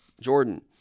Jordan